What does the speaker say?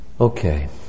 Okay